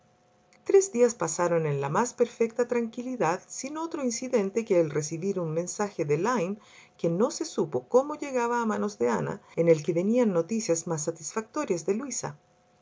tres días pasaron en la más perfecta tranquilidad sin otro incidente que el recibir un mensaje de lyme que no se supo cómo llegaba a manos de ana en el que venían noticias más satisfactorías de luisa